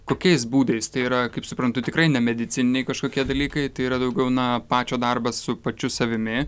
kokiais būdais tai yra kaip suprantu tikrai nemedicininiai kažkokie dalykai tai yra daugiau na pačio darbas su pačiu savimi